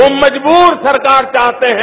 वो मजबूर सरकार चाहते हैं